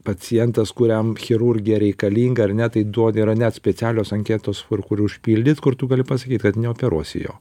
pacientas kuriam chirurgija reikalinga ar ne tai duodi yra net specialios anketos kur kur užpildyt kur tu gali pasakyt kad neoperuosi jo